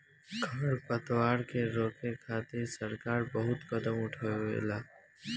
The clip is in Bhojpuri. खर पतवार के रोके खातिर सरकार बहुत कदम उठावेले